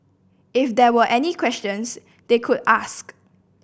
if there were any questions they could ask